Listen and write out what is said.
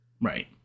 Right